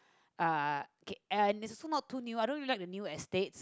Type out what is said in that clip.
uh okay and it is also not too new I don't really like the new estates